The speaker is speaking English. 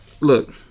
Look